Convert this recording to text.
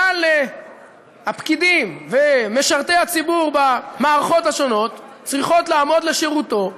כלל הפקידים ומשרתי הציבור במערכות השונות צריכים לעמוד לשירותו,